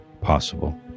possible